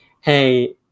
hey